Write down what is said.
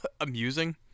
amusing